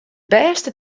bêste